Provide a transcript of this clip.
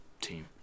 team